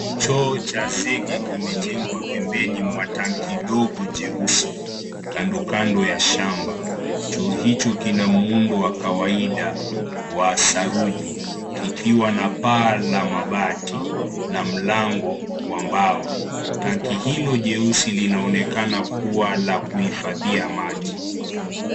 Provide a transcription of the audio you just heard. Choo cha zege kimejengwa pembeni mwa tanki dogo jeusi kandokando ya shamba. Choo hicho kina muundo wa kawaida wa saruji kikiwa na paa la mabati na mlango wa mbao. Tanki hilo jeusi linaonekana kuwa la kuhifadhia maji.